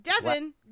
Devin